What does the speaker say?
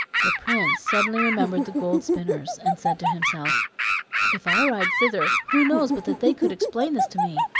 the prince suddenly remembered the gold-spinners, and said to himself if i ride thither, who knows but that they could explain this to me?